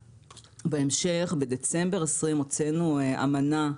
בהמשך, בדצמבר 2020, הוצאנו אמנה,